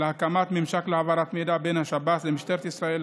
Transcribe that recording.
הקמת ממשק להעברת מידע בין השב"כ למשטרת ישראל